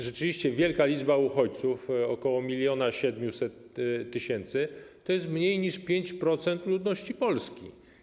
Rzeczywiście wielka liczba uchodźców, około 1700 tys. - to jest mniej niż 5% ludności Polski.